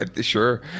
Sure